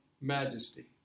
majesty